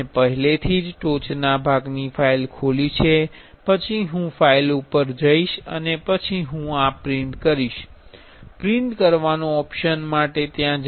મેં પહેલેથી જ ટોચના ભાગની ફાઇલ ખોલી છે પછી હું ફાઇલ પર જઈશ અને પછી હું અહીં પ્રિંટ કરવા પ્રિંટ કરવાનો ઓપ્શન માટે જઈશ